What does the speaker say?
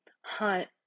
hunt